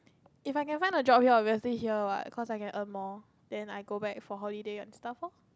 if I can find a job here obviously here what cause I can earn more then I go back for holiday and stuff lor